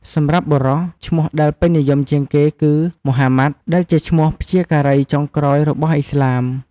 សម្រាប់បុរស ឈ្មោះដែលពេញនិយមជាងគេគឺ ម៉ូហាម៉ាត់ ដែលជាឈ្មោះព្យាការីចុងក្រោយរបស់ឥស្លាម។